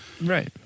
Right